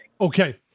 Okay